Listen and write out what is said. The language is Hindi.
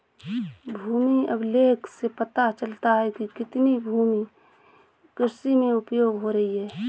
भूमि अभिलेख से पता चलता है कि कितनी भूमि कृषि में उपयोग हो रही है